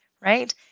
right